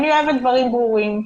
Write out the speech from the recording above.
אני אוהבת דברים ברורים,